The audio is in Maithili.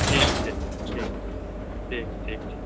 ठीक छै ठीक ठीक ठीक छै